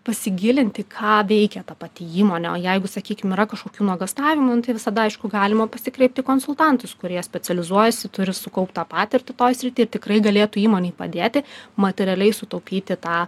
pasigilinti ką veikia ta pati įmonė jeigu sakykim yra kažkokių nuogąstavimų nu tai visada aišku galima pasikreipti į konsultantus kurie specializuojasi turi sukauptą patirtį toj srity ir tikrai galėtų įmonei padėti materialiai sutaupyti tą